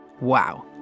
Wow